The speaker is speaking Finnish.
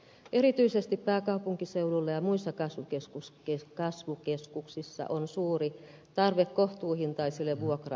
erityisesti pääkaupunkiseudulla ja muissa kasvukeskuksissa on suuri tarve kohtuuhintaisille vuokra asunnoille